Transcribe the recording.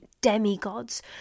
demigods